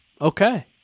Okay